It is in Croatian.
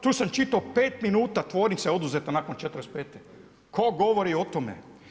Tu sam čitao pet minuta tvornica je oduzeta nakon '45., tko govori o tome?